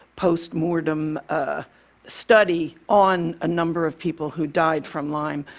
postmortem ah study on a number of people who died from lyme.